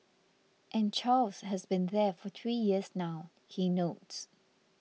and Charles has been there for three years now he notes